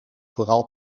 vooral